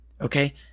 Okay